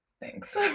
Thanks